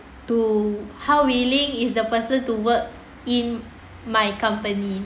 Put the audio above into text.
to how willing is the person to work in my company